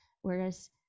whereas